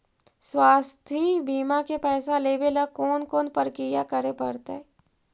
स्वास्थी बिमा के पैसा लेबे ल कोन कोन परकिया करे पड़तै?